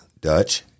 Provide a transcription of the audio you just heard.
Dutch